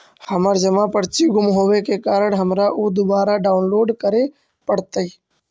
हमर जमा पर्ची गुम होवे के कारण हमारा ऊ दुबारा डाउनलोड करे पड़तई